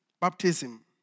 baptism